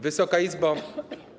Wysoka Izbo!